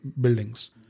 buildings